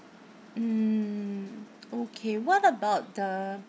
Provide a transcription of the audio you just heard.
mm okay what about the